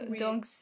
Donc